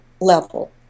level